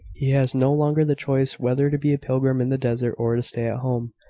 he has no longer the choice whether to be a pilgrim in the desert or to stay at home.